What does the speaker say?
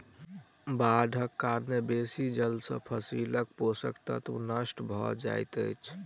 बाइढ़क कारणेँ बेसी जल सॅ फसीलक पोषक तत्व नष्ट भअ जाइत अछि